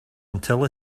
until